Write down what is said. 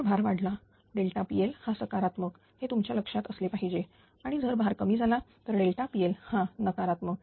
जर भार वाढलाpL हा सकारात्मक हे तुमच्या लक्षात असले पाहिजे आणि जर भार कमी झाला तर pL हा नकारात्मक